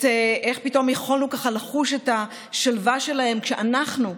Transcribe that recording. איך שפתאום יכולנו ככה לחוש את השלווה שלהם כשאנחנו,